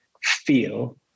feel